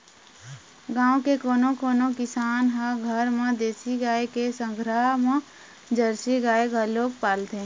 गाँव के कोनो कोनो किसान ह घर म देसी गाय के संघरा म जरसी गाय घलोक पालथे